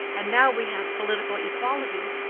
and now we have political equality,